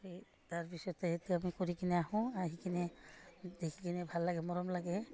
সেই তাৰ পিছতে এতিয়া আমি কৰি কিনে আহোঁ আহি কিনে দেখি কিনে ভাল লাগে মৰম লাগে